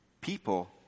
people